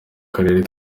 karere